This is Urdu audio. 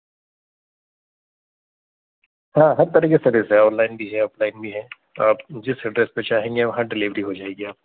ہاں ہر طرح کی سروس ہے آنلائن بھی ہے آف لائن بھی ہے آپ جس ایڈریس پہ چاہیں گے وہاں ڈیلیوری ہو جائے گی آپ